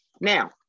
Now